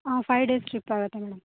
ಹಾಂ five days trip ಆಗುತ್ತೆ madam